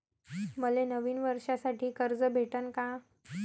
मले नवीन वर्षासाठी कर्ज भेटन का?